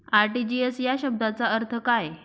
RTGS या शब्दाचा अर्थ काय?